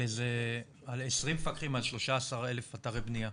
הבניה, 20 מפקחים על 13,000 אתרי בניה.